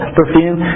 perfume